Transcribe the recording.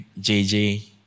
JJ